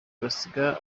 basiga